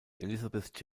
elizabeth